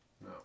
No